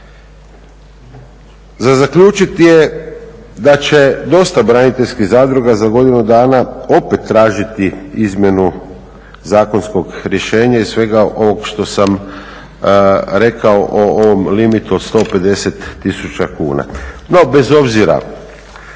Za zaključiti je da će dosta braniteljskih zadruga za godinu dana opet tražiti izmjenu zakonskog rješenja i svega ovog što sam rekao o ovom limitu od 150 tisuća kuna. No bez obzira